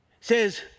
says